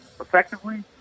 effectively